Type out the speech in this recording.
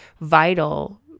vital